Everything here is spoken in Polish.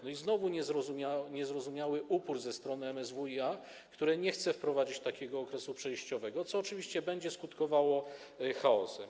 No i znowu niezrozumiały upór ze strony MSWiA, które nie chce wprowadzić takiego okresu przejściowego, co oczywiście będzie skutkowało chaosem.